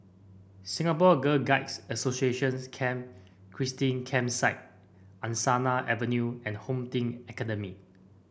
Singapore Girl Guides Association Camp Christine Campsite Angsana Avenue and Home Team Academy